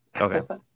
Okay